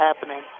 happening